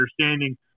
understanding